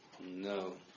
No